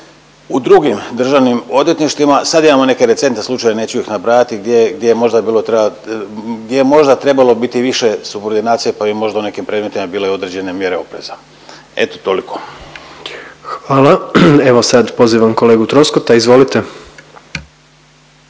u drugim državnim odvjetništvima. Sad imamo neke recentne slučajeve, neću ih nabrajati gdje, gdje možda bilo treba, gdje je možda trebalo biti više subordinacije pa bi možda u nekim predmetima bile i određene mjere opreza. Eto toliko. **Jandroković, Gordan (HDZ)** Hvala. Evo sad pozivam kolegu Troskota, izvolite.